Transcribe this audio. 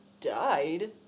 died